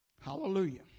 Hallelujah